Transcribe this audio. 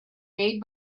made